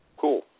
Cool